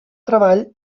treball